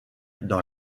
dans